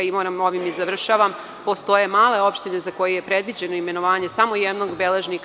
Ovim završavam, postoje male opštine za koje je predviđeno imenovanje samo jednog beležnika.